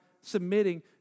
submitting